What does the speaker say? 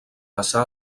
passà